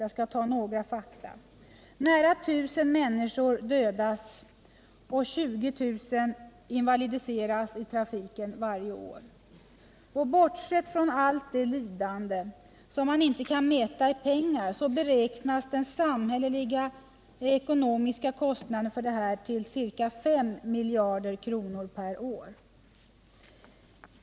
För det första dödas nära 1000 människor och invalidiseras 20 000 i trafiken varje år. Bortsett från allt det lidande som inte kan mätas i pengar beräknas den samhällsekonomiska kostnaden för detta till ca 5 miljarder kronor per år.